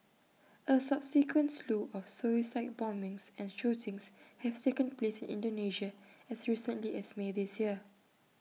A subsequent slew of suicide bombings and shootings have taken place in Indonesia as recently as may this year